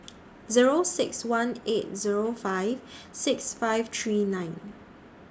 Zero six one eight Zero five six five three nine